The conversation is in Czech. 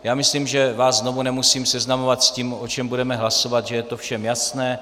Já myslím, že vás znovu nemusím seznamovat s tím, o čem budeme hlasovat, že je to všem jasné.